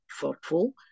thoughtful